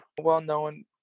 Well-known